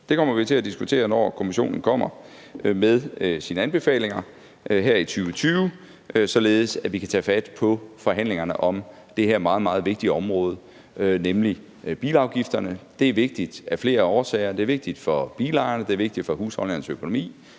Det kommer vi til at diskutere, når kommissionen kommer med sine anbefalinger her i 2020, således at vi kan tage fat på forhandlingerne om det her meget, meget vigtige område, nemlig bilafgifterne. Det er vigtigt af flere årsager: Det er vigtigt for bilejerne, det er vigtigt for husholdningernes økonomi,